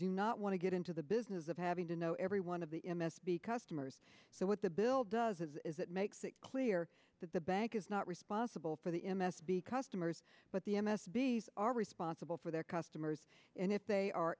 do not want to get into the business of having to know every one of the m s p customers so what the bill does is it makes it clear that the bank is not responsible for the m s b customers but the m s b are responsible for their customers and if they are